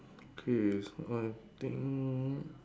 K so I think